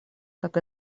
как